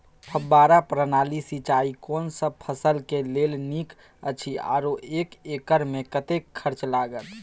फब्बारा प्रणाली सिंचाई कोनसब फसल के लेल नीक अछि आरो एक एकर मे कतेक खर्च लागत?